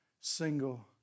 single